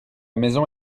maison